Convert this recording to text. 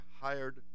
hired